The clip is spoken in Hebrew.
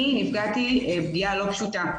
אני נפגעתי פגיעה לא פשוטה.